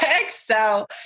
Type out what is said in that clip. Excel